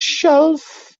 shelf